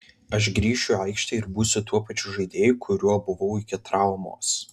aš grįšiu į aikštę ir būsiu tuo pačiu žaidėju kuriuo buvau iki traumos